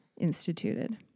instituted